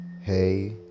hey